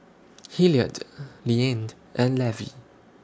Hilliard Liane and Levy